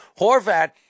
Horvat